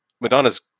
Madonna's